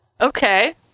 okay